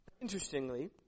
Interestingly